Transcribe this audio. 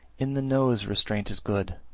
in the nose restraint is good,